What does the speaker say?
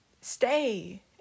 stay